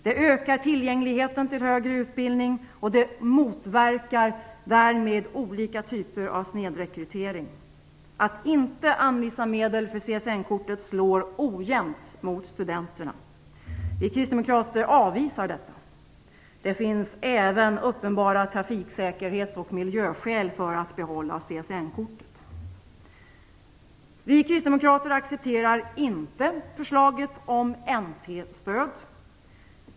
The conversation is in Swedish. Det ökar tillgängligheten till högre utbildning och motverkar därmed olika typer av snedrekrytering. Att inte anvisa medel för CSN-kortet slår ojämnt mot studenterna. Vi kristdemokrater avvisar detta. Det finns även uppenbara trafiksäkerhets och miljöskäl för att behålla CSN-kortet. Vi kristdemokrater accepterar inte förslaget om N/T-stöd.